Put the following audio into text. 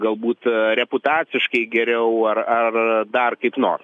galbūt reputaciškai geriau ar ar dar kaip nors